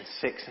six